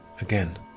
again